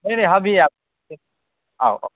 नहि नहि हमहींँ आयब आउ आउ